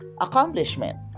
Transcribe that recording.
accomplishment